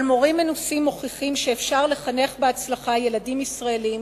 אבל מורים מנוסים מוכיחים שאפשר לחנך בהצלחה ילדים ישראלים